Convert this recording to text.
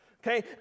Okay